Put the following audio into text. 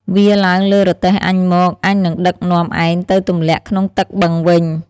វារឡើងលើទេះអញមក អញនឹងដឹកនាំឯងទៅទម្លាក់ក្នុងទឹកបឹងវិញ។